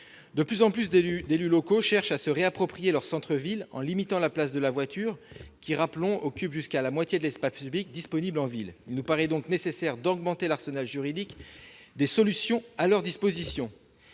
De plus en plus d'élus locaux cherchent à se réapproprier leur centre-ville en limitant la place de la voiture, qui, rappelons-le, occupe jusqu'à la moitié de l'espace public disponible en ville. Il nous paraît donc nécessaire d'augmenter l'arsenal juridique de solutions à leur disposition.